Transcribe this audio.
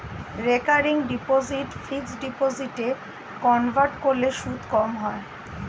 recurring deposit fixed ডিপোজিটে convert করলে সুদ কম হয়